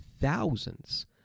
thousands